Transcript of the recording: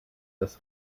das